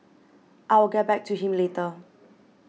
I will get back to him later